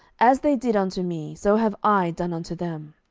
as they did unto me, so have i done unto them.